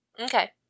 Okay